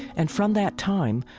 and from that time,